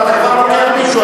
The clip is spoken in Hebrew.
אבל אתה כבר לוקח מישהו,